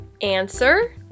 Answer